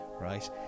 right